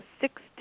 six